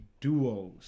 duos